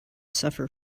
suffer